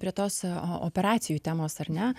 prie tos a operacijų temos ar ne